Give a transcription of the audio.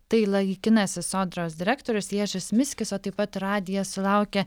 tai laikinasis sodros direktorius ježis miskis o taip pat radijas sulaukė